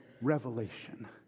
revelation